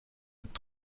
het